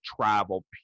travel